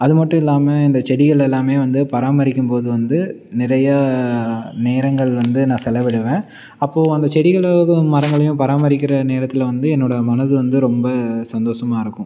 அது மட்டும் இல்லாமல் இந்த செடிகள் எல்லாம் வந்து பராமரிக்கும் போது வந்து நிறையா நேரங்கள் வந்து நான் செலவிடுவேன் அப்போது அந்த செடிகளையும் மரங்களையும் பராமரிக்கின்ற நேரத்தில் வந்து என்னோடய மனது வந்து ரொம்ப சந்தோஷமாக இருக்கும்